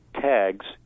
tags